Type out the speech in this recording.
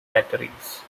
batteries